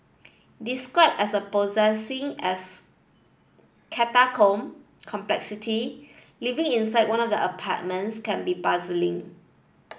described as possessing as catacomb complexity living inside one of the apartments can be puzzling